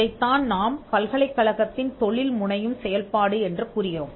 இதைத்தான் நாம் பல்கலைக்கழகத்தின் தொழில் முனையும் செயல்பாடு என்று கூறுகிறோம்